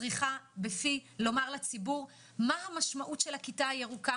צריכה בפי לומר לציבור מהי המשמעות של הכיתה הירוקה